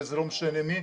וזה לא משנה מי,